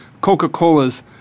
Coca-Cola's